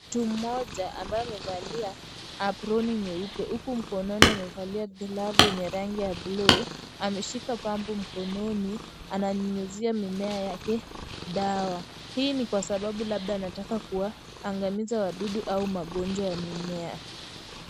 Mtu mmoja ambaye amevalia aproni nyeupe huku mkononi amevalia glavu yenye rangi ya bluu ameshika pampu mkononi, ananyunyizia mimea yake dawa. Hii ni kwa sababu labda anataka kuwaangamiza wadudu au magonjwa ya mimea.